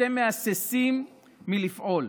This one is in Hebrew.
אתם מהססים לפעול,